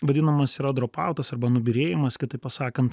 vadinamas yra dropoutas arba nubyrėjimas kitaip pasakant